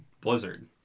Blizzard